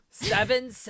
Seven